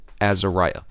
Azariah